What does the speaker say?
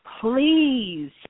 please